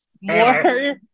more